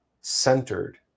centered